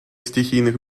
стихийных